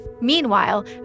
Meanwhile